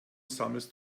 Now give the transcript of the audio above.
sammelst